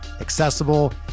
accessible